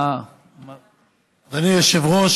אדוני היושב-ראש,